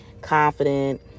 confident